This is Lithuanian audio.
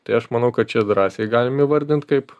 tai aš manau kad čia drąsiai galim įvardint kaip